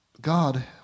God